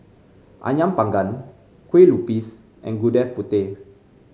ayam panggang Kue Lupis and Gudeg Putih